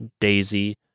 Daisy